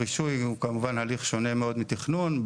רישוי הוא כמובן הליך שונה מאוד מתכנון.